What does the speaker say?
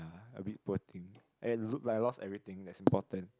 a bit poor thing and look like I lost everything that's important